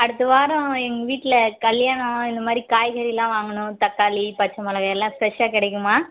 அடுத்த வாரம் எங்கள் வீட்டில் கல்யாணம் இந்த மாதிரி காய்கறியெலாம் வாங்கணும் தக்காளி பச்சை மிளகா எல்லாம் ஃப்ரெஷாக கிடைக்குமா